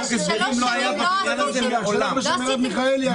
שלוש שנים לא עשיתם כלום במהלך התקציב.